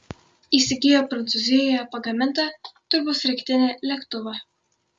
įsigijo prancūzijoje pagamintą turbosraigtinį lėktuvą